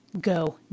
Go